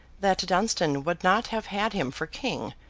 that dunstan would not have had him for king,